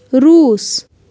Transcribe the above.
روٗس